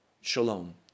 Shalom